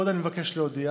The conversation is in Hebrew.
עוד אני מבקש להודיע